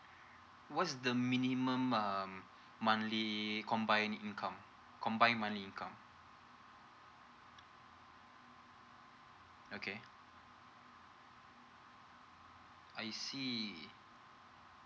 what's the minimum um monthly combine income combine monthly income okay I see